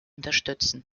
unterstützen